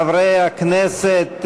חברי הכנסת.